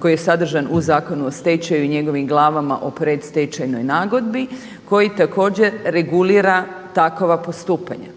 koji je sadržan u Zakonu o stečaju i njegovim glavama o predstečajnoj nagodbi, koji također regulira takova postupanja.